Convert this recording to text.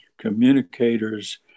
communicators